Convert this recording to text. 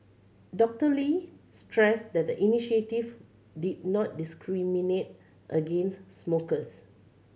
Doctor Lee stressed that the initiative did not discriminate against smokers